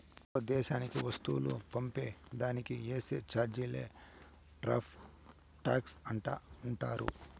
మరో దేశానికి వస్తువులు పంపే దానికి ఏసే చార్జీలే టార్రిఫ్ టాక్స్ అంటా ఉండారు